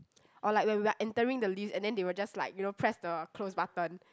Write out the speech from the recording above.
or like when we are entering the lifts and then they will just like you know press the close button